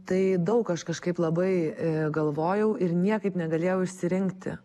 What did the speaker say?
tai daug aš kažkaip labai galvojau ir niekaip negalėjau išsirinkti